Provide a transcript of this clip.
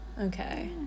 okay